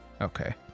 Okay